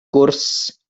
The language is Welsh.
gwrs